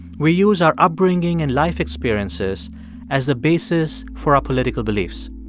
we use our upbringing and life experiences as the basis for our political beliefs.